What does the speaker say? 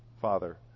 Father